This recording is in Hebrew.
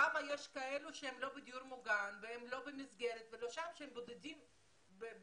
יש כאלה שהם לא בדיור מוגן והם לא במסגרת והם בודדים בקהילה,